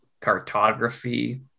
cartography